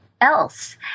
else